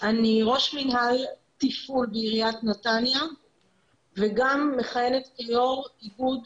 אני ראש מינהל תפעול בעיריית נתניה וגם מכהנת כיו"ר איגוד